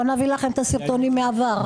בוא נביא לכם את הסרטונים מהעבר.